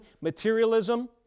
materialism